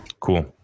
cool